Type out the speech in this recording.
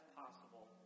possible